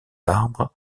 arbres